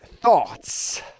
thoughts